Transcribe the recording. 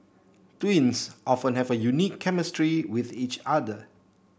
twins often have a unique chemistry with each other